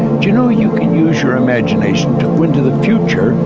do you know, you can use your imagination to go into the future,